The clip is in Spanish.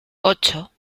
ocho